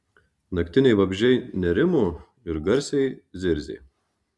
naktiniai vabzdžiai nerimo ir garsiai zirzė